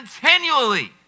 continually